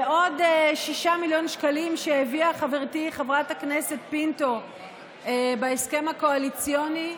ועוד 6 מיליון שקלים שהביאה חברתי חברת הכנסת פינטו בהסכם הקואליציוני,